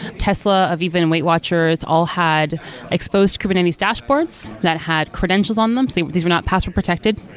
tesla, aviva and weight watchers all had exposed kubernetes dashboards that had credentials on them, so these were not password protected.